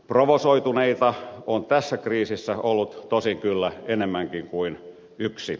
provosoituneita on tässä kriisissä ollut tosin kyllä enemmänkin kuin yksi